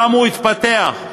התפתח,